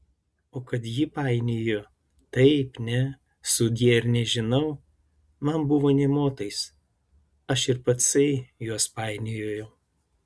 o kad ji painiojo taip ne sudie ir nežinau man buvo nė motais aš ir patsai juos painiojau